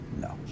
No